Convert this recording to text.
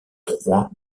trois